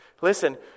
Listen